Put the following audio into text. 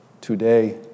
today